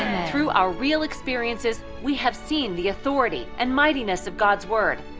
through our real experiences, we have seen the authority and mightiness of god's word,